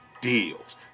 Deals